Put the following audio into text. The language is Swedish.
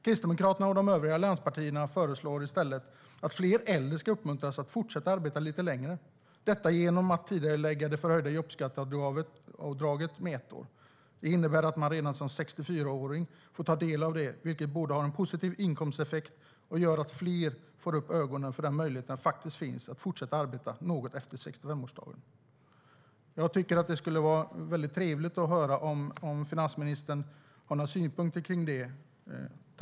Kristdemokraterna och de övriga allianspartierna föreslår i stället att fler äldre ska uppmuntras att fortsätta arbeta lite längre - detta genom att tidigarelägga det förhöjda jobbskatteavdraget med ett år. Det innebär att man redan som 64-åring får ta del av det, vilket borde ha en positiv inkomsteffekt och göra att fler får upp ögonen för den möjlighet som faktiskt finns att fortsätta arbeta något efter 65-årsdagen. Jag tycker att det skulle vara väldigt trevligt att höra om finansministern har några synpunkter på detta.